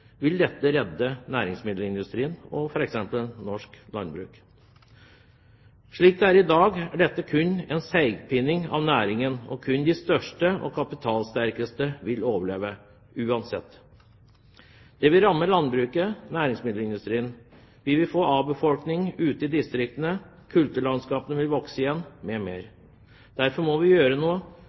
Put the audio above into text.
dag, er det kun en seigpining av næringen, og kun de største og mest kapitalsterke vil overleve – uansett. Det vil ramme landbruket og næringsmiddelindustrien. Vi vil få avfolkning ute i distriktene, kulturlandskapene vil vokse igjen m.m. Derfor må vi gjøre noe